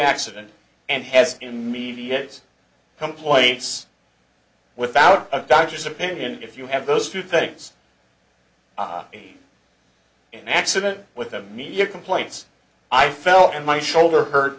accident and has immediate complaints without a doctor's opinion if you have those two things in an accident with a media complaints i felt my shoulder hurt